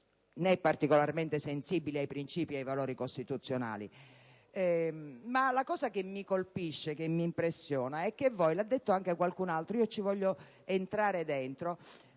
né particolarmente sensibili ai princìpi e ai valori costituzionali. Ma l'aspetto che mi colpisce e che mi impressiona è che voi (l'ha detto anche qualcun altro e voglio approfondire